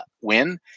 win